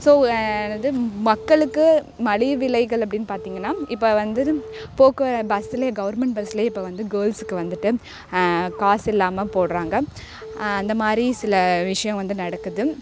so என்னது மக்களுக்கு மலிவு விலைகள் அப்படின்னு பார்த்திங்கன்னா இப்போ வந்து போக்குவர பஸ்லேயே கவர்மெண்ட் பஸ்லேயே இப்போ வந்து கேர்ள்ஸ்க்கு வந்துட்டு காசில்லாமல் போடுறாங்க அந்த மாதிரி ஒரு சில விஷயம் வந்து நடக்குது